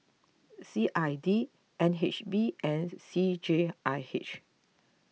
C I D N H B and C J I H